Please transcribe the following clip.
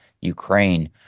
Ukraine